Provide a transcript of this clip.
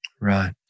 right